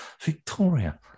Victoria